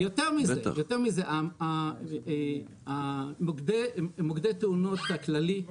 כן, יותר מזה, מוקדי תאונות הכללי,